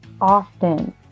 often